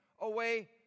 away